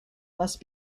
must